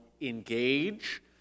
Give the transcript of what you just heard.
engage